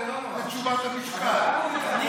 זה תשובת, אני